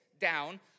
down